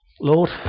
Lord